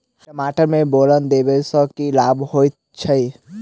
टमाटर मे बोरन देबा सँ की लाभ होइ छैय?